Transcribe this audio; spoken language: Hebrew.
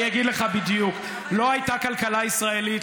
לא הייתה כלכלה ישראלית,